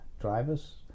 drivers